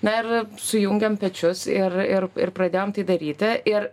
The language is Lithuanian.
na ir sujungėm pečius ir ir ir pradėjom tai daryti ir